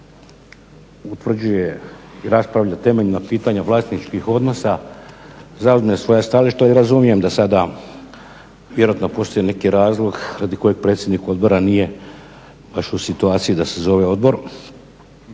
utvrđuje i raspravlja temeljna pitanja vlasničkih odnosa, zauzme svoje stajalište, to i razumijem da sada postoji neki razlog radi kojeg predsjednik odbora nije baš u situaciji da se zove odbor,